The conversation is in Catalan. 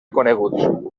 coneguts